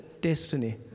destiny